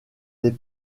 des